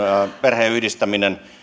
perheenyhdistäminen